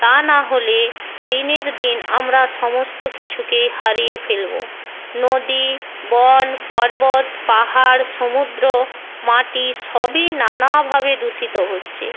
তা না হলে দিনের দিন আমরা সমস্ত কিছুকেই হারিয়ে ফেলবো নদী বন পর্বত পাহাড় সমুদ্র মাটি সবই নানাভাবে দূষিত হচ্ছে